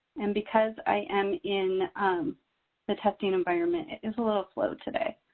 and because i am in the testing environment, it is a little slow today.